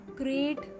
great